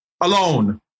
alone